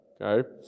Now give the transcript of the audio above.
Okay